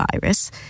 virus